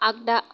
आगदा